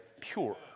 pure